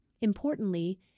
Importantly